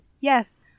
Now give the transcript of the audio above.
Yes